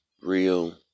Real